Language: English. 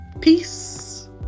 Peace